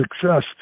success